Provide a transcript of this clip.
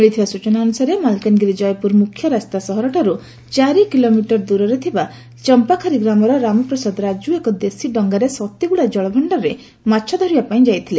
ମଳିଥିବା ସୂଚନା ଅନୁଯାୟୀ ମାଲକାନଗିରି ଜୟପୁର ମୁଖ୍ୟରାସ୍ତା ସହର ଠାରୁ ଚାରି କିଲୋମିଟର ଦିରରେ ଥିବା ଚମ୍ମାଖାରୀ ଗ୍ରାମର ରାମ ପ୍ରସାଦ ରାକୁ ସକାଳେ ଏକ ଦେଶୀ ଡଙ୍ଗାରେ ସତୀଗୁଡା ଜଳଭଣ୍ଡାରରେ ମାଛ ଧରିବା ପାଇଁ ଯାଇଥିଲେ